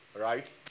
right